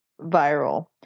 viral